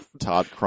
Todd